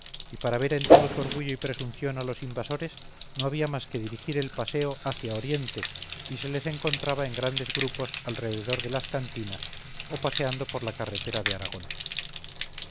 y para ver en todo su orgullo y presunción a los invasores no había más que dirigir el paseo hacia oriente y se les encontraba en grandes grupos alrededor de las cantinas o paseando por la carretera de aragón